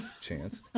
chance